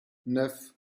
neuf